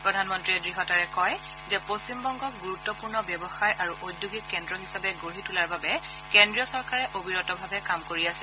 প্ৰধানমন্ত্ৰীয়ে দঢ়তাৰে কয় যে পশ্চিমবংগক গুৰুত্পৰ্ণ ব্যৱসায় আৰু উদ্যোগিক কেন্দ্ৰ হিচাপে গঢ়ি তোলাৰ বাবে কেন্দ্ৰীয় চৰকাৰে অবিৰতভাৱে কাম কৰি আছে